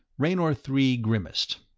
raynor three grimaced.